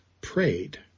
prayed